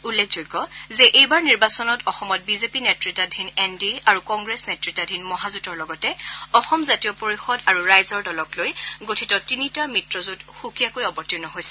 উল্লেখযোগ্য যে এইবাৰ নিৰ্বাচনত অসমত বিজেপি নেততাধীন এন ডি এ আৰু কংগ্ৰেছ নেত়ত্বাধীন মহাজেঁটৰ লগতে অসম জাতীয় পৰিষদ আৰু ৰাইজৰ দলক লৈ গঠিত তিনিটা মিত্ৰজোঁট সুকীয়াকৈ অৱতীৰ্ণ হৈছে